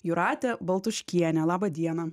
jūratė baltuškienė laba diena